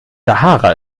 sahara